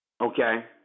Okay